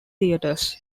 theaters